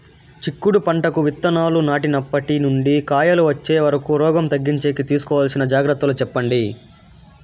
చిక్కుడు పంటకు విత్తనాలు నాటినప్పటి నుండి కాయలు వచ్చే వరకు రోగం తగ్గించేకి తీసుకోవాల్సిన జాగ్రత్తలు చెప్పండి?